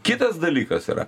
kitas dalykas yra